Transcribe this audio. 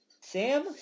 Sam